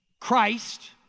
Christ